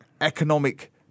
economic